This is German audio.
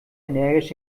energisch